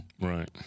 Right